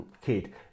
kid